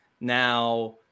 Now